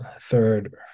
third